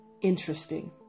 interesting